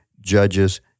judges